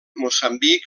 moçambic